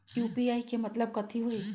UPI के मतलब कथी होई?